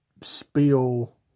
spill